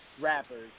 rappers